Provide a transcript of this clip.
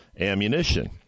ammunition